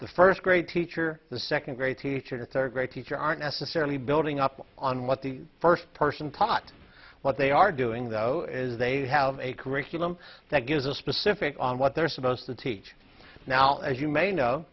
the first grade teacher the second grade teacher third grade teacher aren't necessarily building up on what the first person pots what they are doing though is they have a curriculum that gives a specific on what they're supposed to teach now as you may know